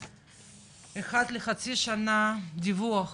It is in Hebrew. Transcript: אחת לחצי שנה, דיווח